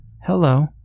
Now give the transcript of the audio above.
Hello